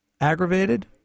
aggravated